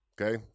okay